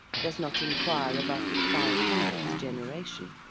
does not enquire above the five-hundredth generation